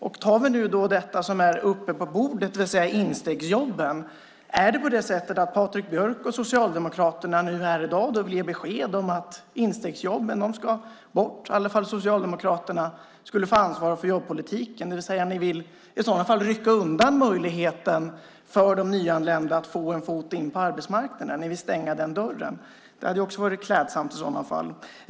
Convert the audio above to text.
Om vi nu tar det som är uppe på bordet, det vill säga instegsjobben: Vill Patrik Björck och Socialdemokraterna nu i dag ge besked om att instegsjobben ska bort i fall Socialdemokraterna skulle få ansvar för jobbpolitiken? Ni vill i sådana fall rycka undan möjligheten för de nyanlända att få en fot in på arbetsmarknaden. Ni vill stänga den dörren. Det hade varit klädsamt att säga i sådana fall.